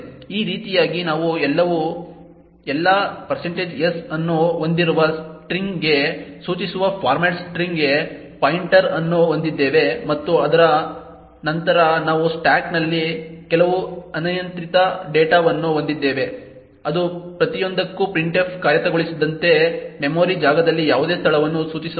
ಈ ರೀತಿಯಾಗಿ ನಾವು ಎಲ್ಲಾ s ಅನ್ನು ಹೊಂದಿರುವ ಸ್ಟ್ರಿಂಗ್ಗೆ ಸೂಚಿಸುವ ಫಾರ್ಮ್ಯಾಟ್ ಸ್ಟ್ರಿಂಗ್ಗೆ ಪಾಯಿಂಟರ್ ಅನ್ನು ಹೊಂದಿದ್ದೇವೆ ಮತ್ತು ಅದರ ನಂತರ ನಾವು ಸ್ಟಾಕ್ನಲ್ಲಿ ಕೆಲವು ಅನಿಯಂತ್ರಿತ ಡೇಟಾವನ್ನು ಹೊಂದಿದ್ದೇವೆ ಅದು ಪ್ರತಿಯೊಂದಕ್ಕೂ printf ಕಾರ್ಯಗತಗೊಳಿಸಿದಂತೆ ಮೆಮೊರಿ ಜಾಗದಲ್ಲಿ ಯಾವುದೇ ಸ್ಥಳವನ್ನು ಸೂಚಿಸಬಹುದು